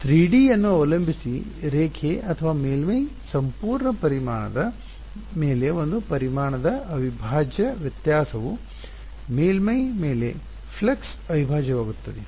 3D ಯನ್ನು ಅವಲಂಬಿಸಿ ರೇಖೆ ಅಥವಾ ಮೇಲ್ಮೈ ಸಂಪೂರ್ಣ ಪರಿಮಾಣದ ಮೇಲೆ ಒಂದು ಪರಿಮಾಣದ ಅವಿಭಾಜ್ಯ ವ್ಯತ್ಯಾಸವು ಮೇಲ್ಮೈ ಮೇಲೆ ಫ್ಲಕ್ಸ್ ಅವಿಭಾಜ್ಯವಾಗುತ್ತದೆ